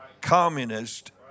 communist